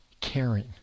caring